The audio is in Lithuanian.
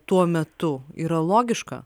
tuo metu yra logiška